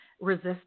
resist